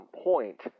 point